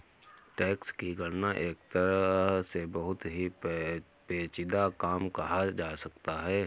tax की गणना एक तरह से बहुत ही पेचीदा काम कहा जा सकता है